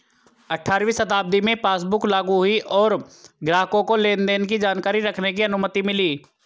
अठारहवीं शताब्दी में पासबुक लागु हुई और ग्राहकों को लेनदेन की जानकारी रखने की अनुमति मिली